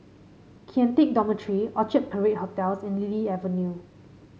Kian Teck Dormitory Orchard Parade Hotels and Lily Avenue